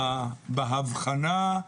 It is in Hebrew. באבחנה.